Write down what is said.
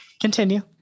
Continue